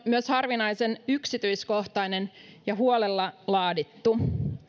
myös harvinaisen yksityiskohtainen ja huolella laadittu